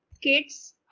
kids